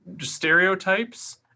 stereotypes